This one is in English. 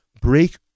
break